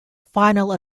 final